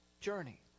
journey